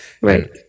Right